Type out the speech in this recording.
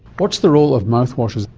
what's the role of mouthwashes?